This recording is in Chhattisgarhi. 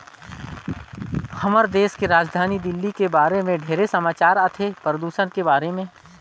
हमर देश के राजधानी दिल्ली के बारे मे ढेरे समाचार आथे, परदूषन के बारे में